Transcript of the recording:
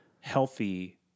healthy